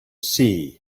sea